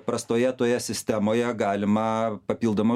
prastoje toje sistemoje galima papildomai